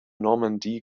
normandie